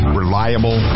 reliable